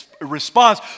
response